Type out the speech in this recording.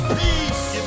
peace